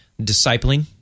discipling